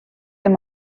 him